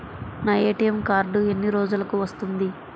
నా ATM card ఎన్ని రోజులకు వస్తుంది?